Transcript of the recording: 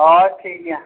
ᱦᱳᱭ ᱴᱷᱤᱠ ᱜᱮᱭᱟ